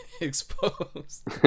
exposed